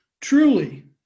truly